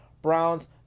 Browns